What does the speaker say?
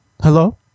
Hello